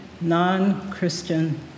non-Christian